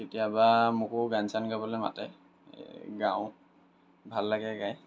কেতিয়াবা মোকো গান চান গাবলৈ মাতে গাওঁ ভাল লাগে গাই